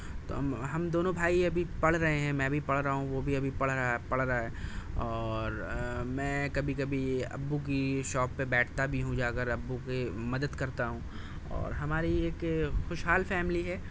تو ہم ہم دونوں بھائی ابھی پڑھ رہے ہیں میں بھی پڑھ رہا ہوں وہ بھی ابھی پڑھ رہا پڑھ رہا ہے اور میں کبھی کبھی ابو کی شاپ پہ بیٹھتا بھی ہوں جا کر ابو کی مدد کرتا ہوں اور ہماری ایک خوشحال فیملی ہے